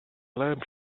lamp